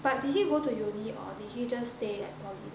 but did he go to uni or did he just stay at poly